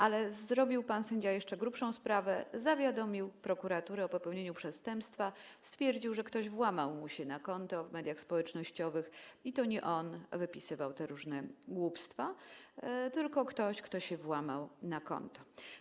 Ale pan sędzia zrobił jeszcze grubszą sprawę, zawiadomił prokuraturę o popełnieniu przestępstwa, stwierdził, że ktoś włamał mu się na konto w mediach społecznościowych i to nie on wypisywał te różne głupstwa, tylko ktoś, kto się włamał na konto.